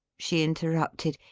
she interrupted.